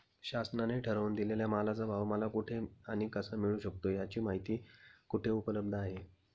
शासनाने ठरवून दिलेल्या मालाचा भाव मला कुठे आणि कसा मिळू शकतो? याची माहिती कुठे उपलब्ध आहे?